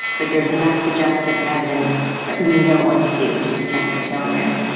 but there's enough suggested evidence that we know what to do to protect our telomeres.